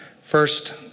First